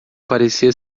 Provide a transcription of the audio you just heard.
parecia